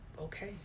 okay